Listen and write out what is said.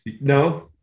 No